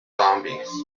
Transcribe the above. zombies